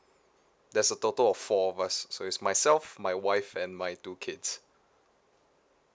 there's a total of four of us so it's myself my wife and my two kids